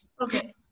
Okay